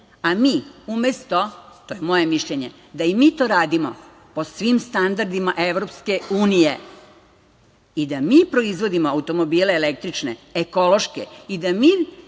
a mi umesto, to je moje mišljenje, da i mi to radimo po svim standardima Evropske unije i da mi proizvodimo električne automobile, ekološke i da mi